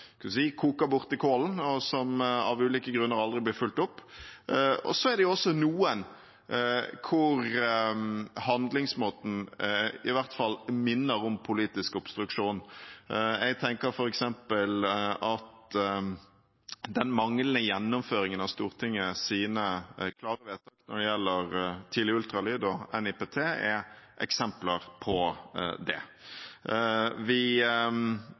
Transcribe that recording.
si koker bort i kålen, og som av ulike grunner aldri blir fulgt opp. Så er det jo også noen hvor handlingsmåten, i hvert fall, minner om politisk obstruksjon. Jeg tenker at den manglende gjennomføringen av Stortingets klare vedtak når det gjelder tidlig ultralyd og NIPT, er eksempler på det. Vi